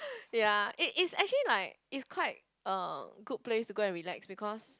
ya it it's actually like is quite a good place to go and relax because